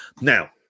Now